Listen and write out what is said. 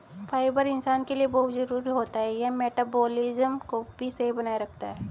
fibre इंसान के लिए बहुत जरूरी होता है यह मटबॉलिज़्म को भी सही बनाए रखता है